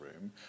room